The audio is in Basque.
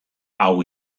hau